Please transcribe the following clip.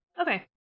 Okay